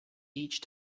each